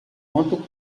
quanto